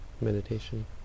meditation